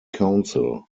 council